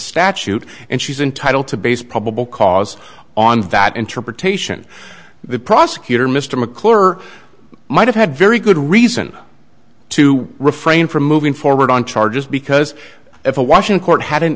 statute and she's entitled to base probable cause on that interpretation the prosecutor mr mccloy or might have had very good reason to refrain from moving forward on charges because if a washing court hadn't